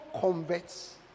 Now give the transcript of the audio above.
converts